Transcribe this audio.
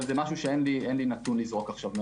אין לי נתון לזרוק עכשיו.